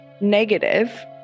negative